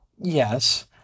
Yes